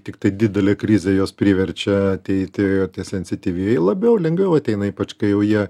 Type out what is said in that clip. tiktai didelė krizė juos priverčia ateiti tie sensityvieji labiau lengviau ateina ypač kaijau jie